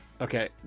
Okay